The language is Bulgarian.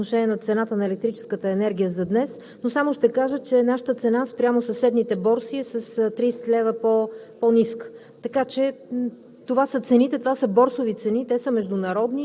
не искам да започна с опровержение на това, което казахте по отношение на цената на електрическата енергия за днес, но само ще кажа, че нашата цена спрямо съседните борси е с 30 лв. по-ниска.